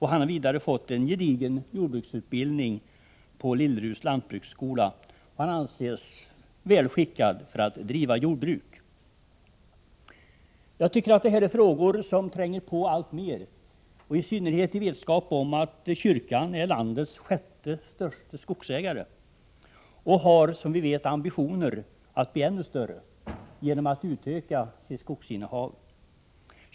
Han har vidare fått en gedigen jordbruksutbildning på Lilleruds lantbruksskola, och han anses väl skickad att driva jordbruk. Jag tycker att detta är frågor som tränger sig på alltmer, i synnerhet i vetskap om att kyrkan är landets sjätte största skogsägare och har, som vi vet, ambitioner att bli ännu större.